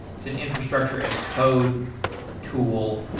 it's an infrastructure as code tool.